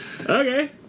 okay